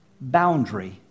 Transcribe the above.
boundary